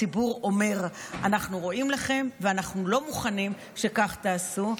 הציבור אומר: אנחנו רואים לכם ואנחנו לא מוכנים שכך תעשו.